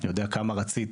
אני יודע כמה רצית